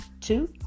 two